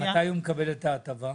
מתי הוא מקבל את ההטבה?